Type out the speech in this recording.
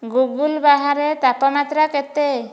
Google ବାହାରେ ତାପମାତ୍ରା କେତେ